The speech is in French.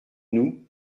nous